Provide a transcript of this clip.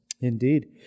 Indeed